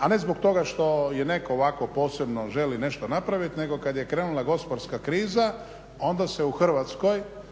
a ne zbog toga što je netko ovako posebno želi nešto napraviti nego kad je krenula gospodarska kriza onda se u Hrvatskoj